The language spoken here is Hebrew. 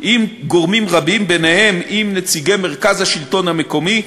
עם גורמים רבים, ובהם נציגי מרכז השלטון המקומי,